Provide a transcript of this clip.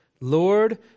Lord